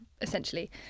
essentially